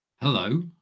hello